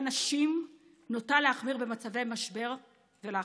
נשים נוטה להחמיר במצבי משבר ולחץ.